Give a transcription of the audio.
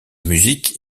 musique